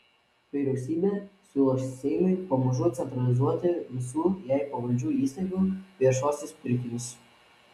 vyriausybė siūlo seimui pamažu centralizuoti visų jai pavaldžių įstaigų viešuosius pirkimus